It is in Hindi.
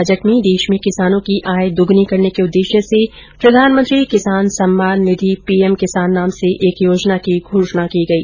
बजट में देश में किसानों की आय द्गनी करने के उद्देश्य से प्रधानमंत्री किसान सम्मान निधि पीएम किसान नाम से एक योजना की घोषणा की गई